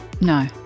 No